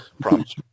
Promise